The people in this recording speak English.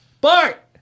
Bart